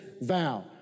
vow